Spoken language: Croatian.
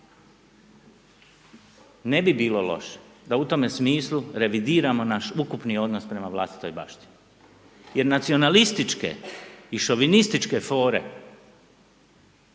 Ne bi bilo loše da u tome smislu revidiramo naš ukupni odnos prema vlastitoj baštini jer nacionalističke i šovinističke fore